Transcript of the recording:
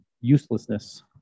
uselessness